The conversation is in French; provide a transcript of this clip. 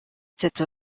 cette